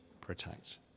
protect